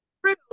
True